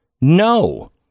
No